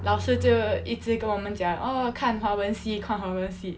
老师就一直跟我们讲 oh 看华文戏看华文戏